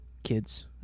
kids